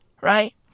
right